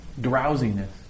drowsiness